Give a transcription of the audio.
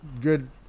good